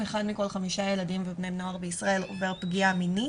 אחד מכל חמישה ילדים ובני נוער בישראל עובר פגיעה מינית.